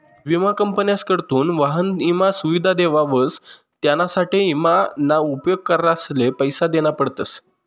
विमा कंपन्यासकडथून वाहन ईमा सुविधा देवावस त्यानासाठे ईमा ना उपेग करणारसले पैसा देना पडतस